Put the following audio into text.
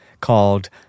called